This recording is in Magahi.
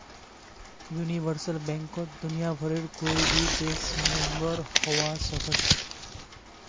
यूनिवर्सल बैंकत दुनियाभरेर कोई भी देश मेंबर हबा सखछेख